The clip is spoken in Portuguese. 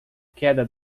queda